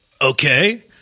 Okay